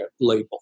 label